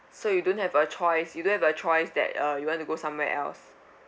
so you don't have a choice you don't have a choice that uh you want to go somewhere else